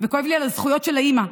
וכואב לי על הזכויות של האימא.